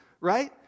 Right